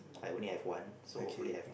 I only have one so hopefully have